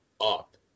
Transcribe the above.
up